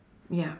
ya